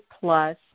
plus